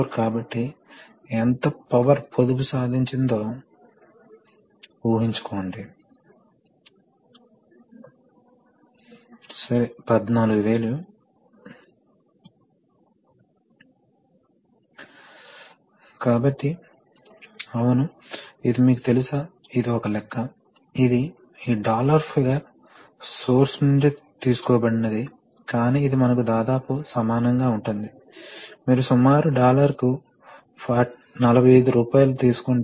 ఇవి two way కావచ్చు three way కావచ్చు ఫోర్ వే కావచ్చు ఫైవ్ వే కూడా కావచ్చు అప్పుడు వివిధ స్థానాలు ఉన్నాయి కాబట్టి ఇది రెండు స్థానాలు కావచ్చు లేదా మూడు స్థాన వాల్వ్ కావచ్చు కాబట్టి వాటి కార్యాచరణ ఆధారంగా మరియు వాటి నిర్మాణం ఆధారంగా ఈ డైరెక్షన్ కంట్రోల్ వాల్వ్స్ వివిధ వర్గాలు ఉన్నాయి